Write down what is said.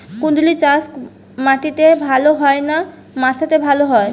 কুঁদরি চাষ মাটিতে ভালো হয় না মাচাতে ভালো হয়?